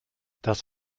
das